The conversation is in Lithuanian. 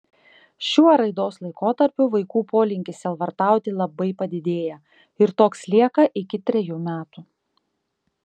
šiuo raidos laikotarpiu vaikų polinkis sielvartauti labai padidėja ir toks lieka iki trejų metų